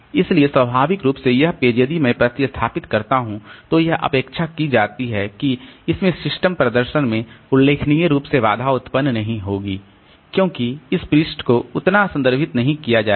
इसलिए स्वाभाविक रूप से यह पेज यदि मैं प्रतिस्थापित करता हूं तो यह अपेक्षा की जाती है कि इसमें सिस्टम प्रदर्शन में उल्लेखनीय रूप से बाधा उत्पन्न नहीं होगी क्योंकि इस पृष्ठ को उतना संदर्भित नहीं किया जाएगा